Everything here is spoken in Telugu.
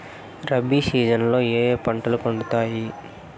రబి సీజన్ లో ఏ ఏ పంటలు పండుతాయి